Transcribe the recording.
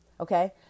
Okay